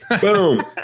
Boom